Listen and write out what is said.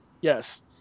yes